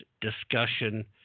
discussion